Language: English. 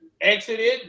exited